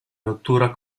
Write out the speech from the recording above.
rottura